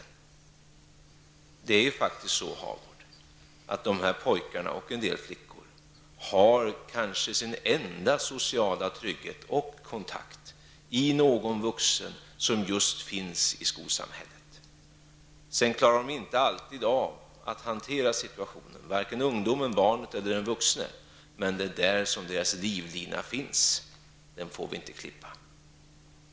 Men det är ju faktiskt på det sättet, Birger Hagård, att dessa pojkar och en del flickor kanske har sin enda sociala trygghet och kontakt i någon vuxen som just finns i skolsamhället. Sedan klarar de inte alltid av att hantera situationen, vare sig den unge, barnet eller den vuxne, men det är där som deras livlina finns, och den får vi inte klippa av.